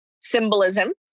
symbolism